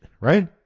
right